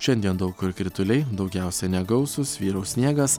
šiandien daug kur krituliai daugiausia negausūs vyraus sniegas